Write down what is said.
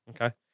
Okay